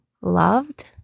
loved